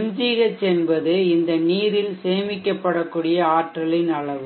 mgh என்பது இந்த நீரில் சேமிக்கப்படக்கூடிய ஆற்றலின் அளவு